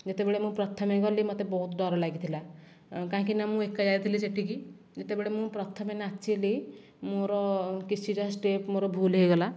ଯେତେବେଳେ ମୁଁ ପ୍ରଥମେ ଗଲି ମୋତେ ବହୁତ ଡ଼ର ଲାଗିଥିଲା କାହିଁକିନା ମୁଁ ଏକା ଯାଇଥିଲି ସେଠିକି ଯେତେବେଳେ ମୁଁ ପ୍ରଥମେ ନାଚିଲି ମୋର କିଛିଟା ଷ୍ଟେପ୍ ମୋର ଭୁଲ ହୋଇଗଲା